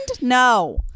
No